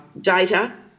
data